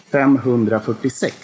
546